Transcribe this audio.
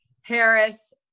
Harris